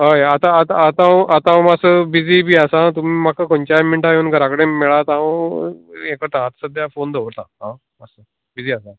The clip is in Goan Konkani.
हय आतां आतां आतां हांव आतां हांव मात्सो बिजी बी आसा तुमी म्हाका खयंच्या मिनटां येवन घर कडेन मेळात हांव ये करता आतां सद्या फोन दवरता आं बिजी आसा